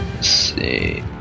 see